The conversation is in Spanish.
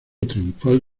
triunfal